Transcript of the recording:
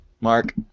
Mark